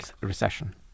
recession